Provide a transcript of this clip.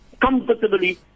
comfortably